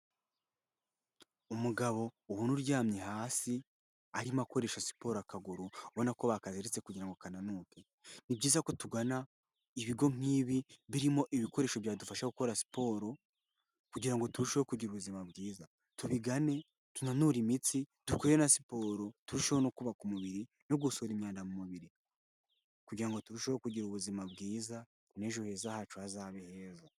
Umugabo ubona uryamye hasi, arimo akoresha siporo akaguru ubona ko bakaziritse kugira ngo kananuke, ni byiza ko tugana ibigo nk'ibi birimo ibikoresho byadufasha gukora siporo, kugira ngo turusheho kugira ubuzima bwiza. Tubigane tunanure imitsi, dukore na siporo turusheho no kubaka umubiri no gusohora imyanda mu mubiri kugira ngo turusheho kugira ubuzima bwiza n'ejo heza hacu hazabe heza.